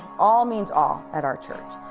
all means all at our church.